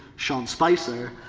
sean spicer.